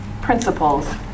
principles